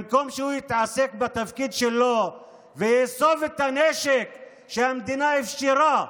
במקום שהוא יתעסק בתפקיד שלו ויאסוף את הנשק שהמדינה אפשרה,